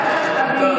אנושית,